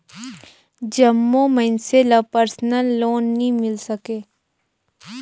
जम्मो मइनसे ल परसनल लोन नी मिल सके